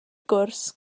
gwrs